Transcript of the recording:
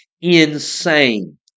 insane